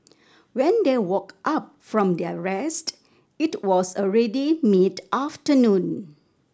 when they woke up from their rest it was already mid afternoon